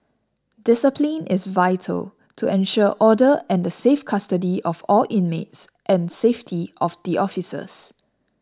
discipline is vital to ensure order and the safe custody of all inmates and safety of the officers